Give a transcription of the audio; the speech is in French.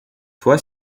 toi